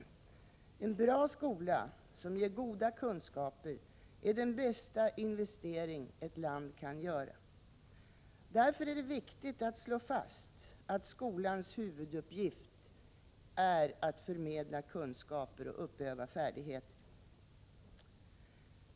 En bra skola som ger goda kunskaper är den bästa investering ett land kan göra. Därför är det viktigt att slå fast, att skolans huvuduppgift är att förmedla kunskaper och uppöva färdigheter.